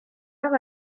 heure